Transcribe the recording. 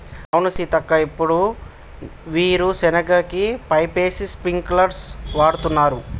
అవును సీతక్క ఇప్పుడు వీరు సెనగ కి పైపేసి స్ప్రింకిల్స్ వాడుతున్నారు